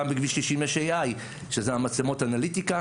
גם בכביש 90 יש AI, שזה המצלמות אנליטיקה.